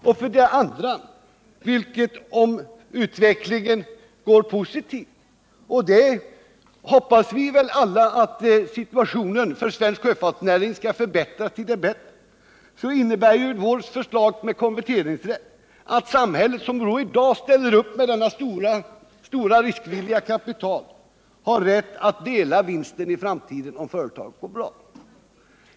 Om däremot utvecklingen blir positiv — vi hoppas väl alla att situationen för svensk sjöfartsnäring skall förbättras — innebär konverteringsrätten att samhället, som i dag ställer upp med detta stora riskvilliga kapital, får rätt att i framtiden dela vinsten.